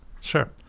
Sure